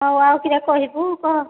ହଉ ଆଉ କିରା କହିବୁ କହ